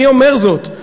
מי אומר זאת?